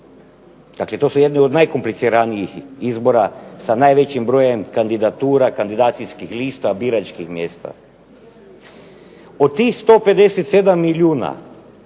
dakle to su jedni od najkompliciranijih izbora sa najvećim brojem kandidatura, kandidacijskih lista, biračkih mjesta. Od tih 157 milijuna